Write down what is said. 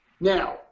Now